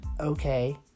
okay